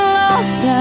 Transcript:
lost